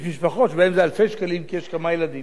יש משפחות שבהן זה אלפי שקלים, כי יש כמה ילדים.